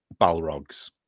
balrogs